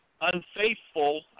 unfaithful